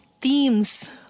themes